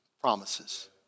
promises